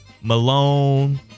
Malone